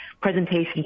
presentation